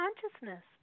consciousness